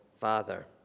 Father